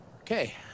Okay